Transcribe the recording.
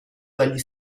dagli